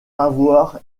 avoir